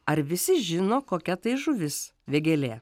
ar visi žino kokia tai žuvis vėgėlė